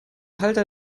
halter